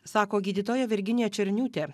sako gydytoja virginija černiūtė